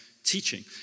Teaching